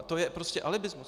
To je prostě alibismus.